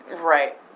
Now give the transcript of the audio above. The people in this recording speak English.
Right